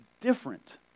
different